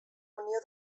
unió